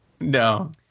No